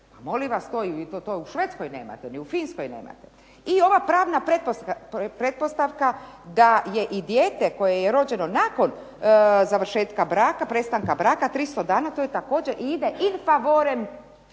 molim vas, to ni u Švedskoj nema, ni u Finskoj nemate. I ova pravna pretpostavka da je i dijete koje je rođeno nakon prestanka braka 300 to također ide in favoren djeteta